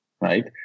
right